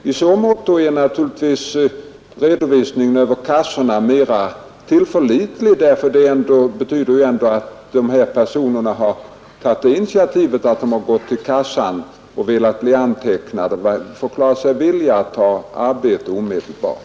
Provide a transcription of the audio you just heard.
I det fallet är redovisningen från kassorna mer tillförlitlig, ty de registrerar de personer som verkligen har gått till förmedlingen och blivit antecknade samt förklarat sig villiga att ta arbete omedelbart.